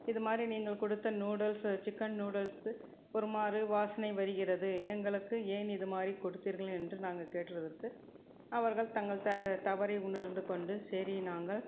இது மாதிரி நீங்கள் கொடுத்த நூடுல்ஸ் சிக்கன் நூடுல்ஸ் ஒருமாதிரி வாசனை வருகிறது எங்களுக்கு ஏன் இது மாதிரி கொடுத்தீர்கள் என்று நாங்கள் கேட்டதற்கு அவர்கள் தங்கள் த தவறை உணர்ந்து கொண்டு சரி நாங்கள்